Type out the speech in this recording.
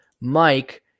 Mike